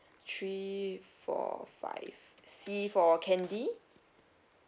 three four five C for candy